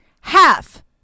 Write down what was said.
half